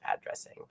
addressing